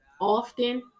often